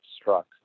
struck